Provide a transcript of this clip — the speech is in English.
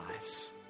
lives